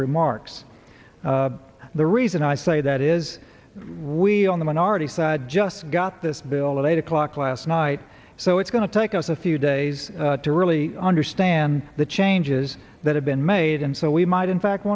remarks the reason i say that is we on the minority side just got this bill at eight o'clock last night so it's going to take us a few days to really understand the changes that have been made and so we might in fact